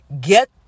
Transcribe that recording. get